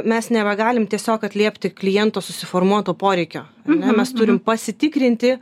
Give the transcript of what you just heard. mes nebegalim tiesiog atliepti kliento susiformuoto poreikio ar ne mes turim pasitikrinti